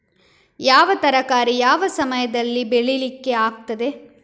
ಯಾವ ತರಕಾರಿ ಯಾವ ಸಮಯದಲ್ಲಿ ಬೆಳಿಲಿಕ್ಕೆ ಆಗ್ತದೆ?